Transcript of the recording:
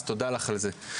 אז תודה לך על זה.